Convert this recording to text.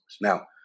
Now